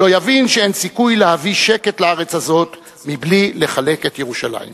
לא יבין שאין סיכוי להביא שקט לארץ הזאת מבלי לחלק את ירושלים.